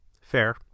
Fair